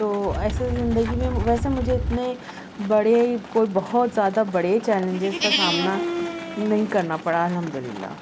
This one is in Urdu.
تو ایسے زندگی میں ویسے مجھے اتنے بڑے کوئی بہت زیادہ بڑے چیلنجیز کا سامنا نہیں کرنا پڑا الحمداللہ